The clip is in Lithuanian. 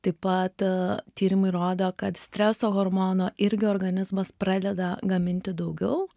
taip pat tyrimai rodo kad streso hormono irgi organizmas pradeda gaminti daugiau